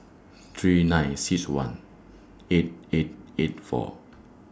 three nine six one eight eight eight four